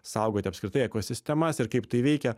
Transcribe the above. saugoti apskritai ekosistemas ir kaip tai veikia